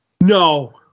No